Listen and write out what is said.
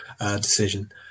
decision